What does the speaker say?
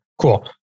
cool